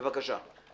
בבקשה.